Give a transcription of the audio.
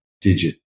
digit